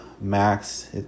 Max